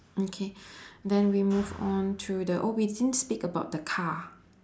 okay then we move on to the oh we didn't speak about the car